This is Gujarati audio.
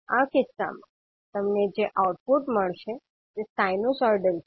આ કિસ્સામાં તમને જે આઉટપુટ મળશે તે સાયનુંસોઇડલ છે